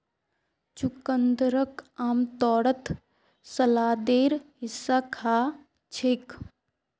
चुकंदरक आमतौरत सलादेर हिस्सा खा छेक